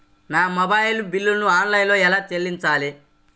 నా మొబైల్ బిల్లును ఆన్లైన్లో ఎలా చెల్లించాలి?